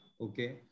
Okay